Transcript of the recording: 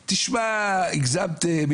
הגזמתם,